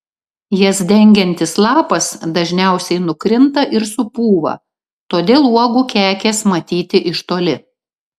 jas dengiantis lapas dažniausiai nukrinta ir supūva todėl uogų kekės matyti iš toli